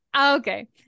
Okay